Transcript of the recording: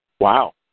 Wow